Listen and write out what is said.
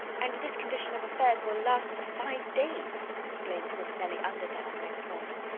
and this condition of affairs will last for five days! exclaimed miss nelly underdown, next morning.